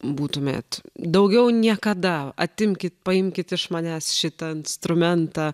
būtumėt daugiau niekada atimkit paimkit iš manęs šitą instrumentą